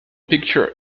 picture